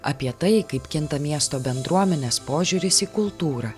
apie tai kaip kinta miesto bendruomenės požiūris į kultūrą